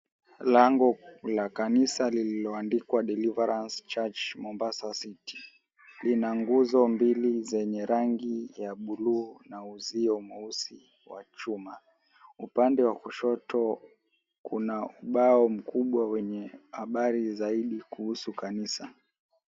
Lango la kanisa lililoandikwa," Deliverance Church Mombasa City", lina nguzo mbili zenye rangi ya buluu na uzio mweusi wa chuma. Upande wa kushoto kuna ubao mkubwa wenye habari zaidi kuhusu kanisa.